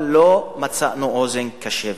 אבל לא מצאנו אוזן קשבת.